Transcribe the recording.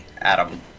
Adam